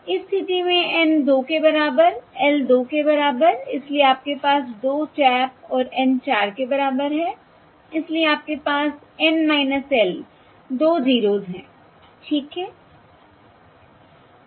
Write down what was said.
इस स्थिति में N 2 के बराबर L 2 के बराबर इसलिए आपके पास 2 टैप और N 4 के बराबर है इसलिए आपके पास N L दो 0s हैं ठीक है